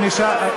מה?